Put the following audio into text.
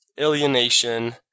Alienation